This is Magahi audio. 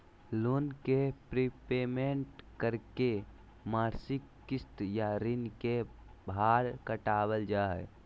लोन के प्रीपेमेंट करके मासिक किस्त या ऋण के भार घटावल जा हय